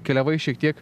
keliavai šiek tiek